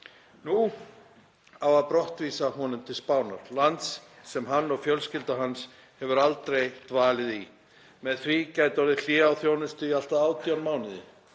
Nú á að brottvísa honum til Spánar, lands sem hann og fjölskylda hans hafa aldrei dvalið í. Með því gæti orðið hlé á þjónustu í allt að 18 mánuði,